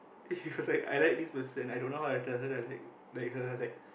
he was like I like this person I don't know how to tell her that I like like her I was like